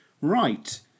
Right